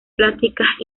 plásticas